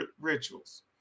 rituals